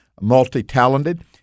multi-talented